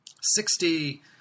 Sixty